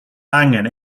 angen